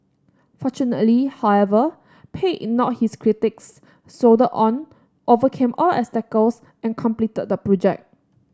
fortunately however Pei ignored his critics soldiered on overcame all obstacles and completed the project